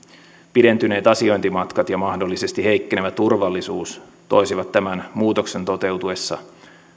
pidentyneet asiointimatkat ja mahdollisesti heikkenevä turvallisuus toisivat tämän muutoksen toteutuessa